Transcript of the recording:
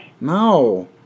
No